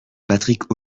patrick